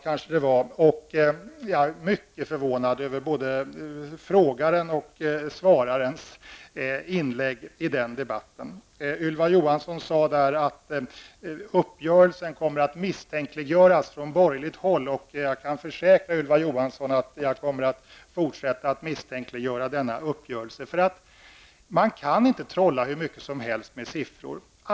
Jag blev mycket förvånad över både frågarens och svararens inlägg i den debatten. Ylva Johansson sade att uppgörelsen kommer att misstänkliggöras från borgerligt håll. Jag kan försäkra Ylva Johansson att jag kommer att fortsätta att misstänkliggöra denna uppgörelse. Man kan inte trolla hur mycket som helst med siffror.